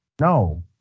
No